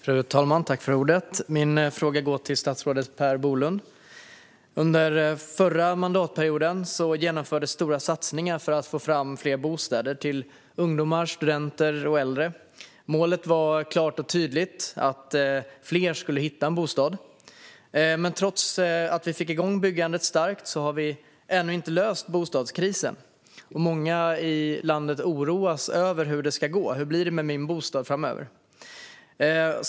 Fru talman! Min fråga går till statsrådet Per Bolund. Under förra mandatperioden genomfördes stora satsningar för att få fram fler bostäder till ungdomar, studenter och äldre. Målet var klart och tydligt: Fler skulle hitta en bostad. Men trots att vi fick igång byggandet starkt har vi ännu inte löst bostadskrisen. Många i landet oroas över hur det ska gå och tänker: Hur blir det med min bostad framöver?